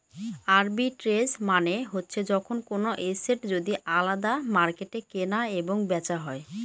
arbitrage মানে হচ্ছে যখন কোনো এসেট যদি আলাদা মার্কেটে কেনা এবং বেচা হয়